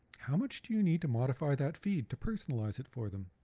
how much do you need to modify that feed to personalize it for them?